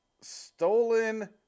Stolen